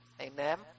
amen